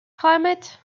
climate